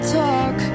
talk